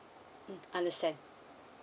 mm understand